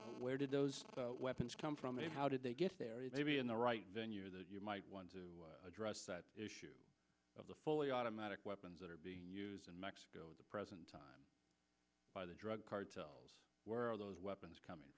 is where did those weapons come from and how did they get there you may be in the right venue or that you might want to address the issue of the fully automatic weapons that are being used in mexico the present time by the drug cartels where all those weapons coming